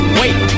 wait